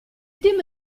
team